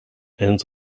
ends